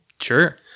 Sure